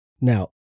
Now